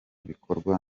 bikorwa